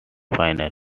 final